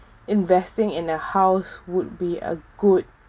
investing in a house would be a good